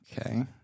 Okay